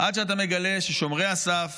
עד שאתה מגלה ששומרי הסף